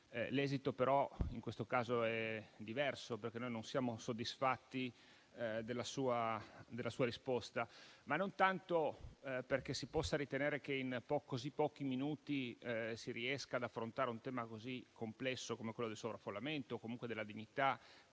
L'esito, però, in questo caso è diverso, perché noi non siamo soddisfatti della sua risposta. Non tanto perché si possa ritenere che in pochi minuti si riesca ad affrontare un tema così complesso come quello del sovraffollamento o comunque della dignità